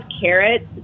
carrots